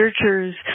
researchers